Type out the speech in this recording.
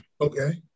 Okay